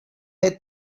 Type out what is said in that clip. had